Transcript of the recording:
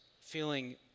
feeling